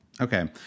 Okay